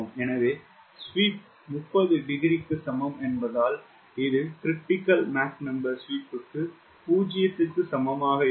எனவே ஸ்வீப் 30 டிகிரிக்கு சமம் என்பதால் இது 𝑀CR ஸ்வீப் க்கு 0 க்கு சமமாக இருக்கும்